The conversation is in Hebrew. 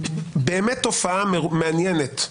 באמת תופעה מעניינת,